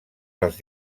dels